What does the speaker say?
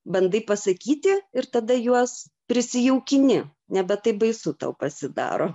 bandai pasakyti ir tada juos prisijaukini nebe taip baisu tau pasidaro